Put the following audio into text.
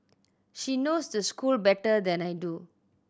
she knows the school better than I do